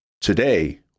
Today